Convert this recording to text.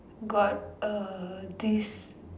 got a this